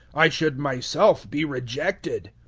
i should myself be rejected.